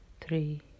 three